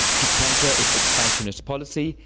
to counter its expansionist policy,